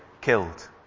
killed